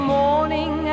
morning